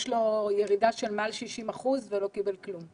יש לו ירידה של מעל 60 אחוזים ולא קיבל כלום.